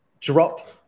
drop